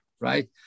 right